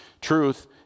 Truth